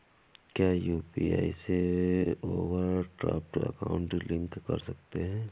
क्या यू.पी.आई से overdraft account link कर सकते हैं?